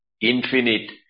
infinite